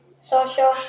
social